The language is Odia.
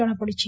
ଜଣାପଡ଼ିଛି